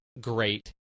great